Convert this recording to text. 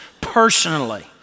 personally